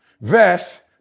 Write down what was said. vest